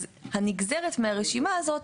אז הנגזרת מהרשימה הזאת,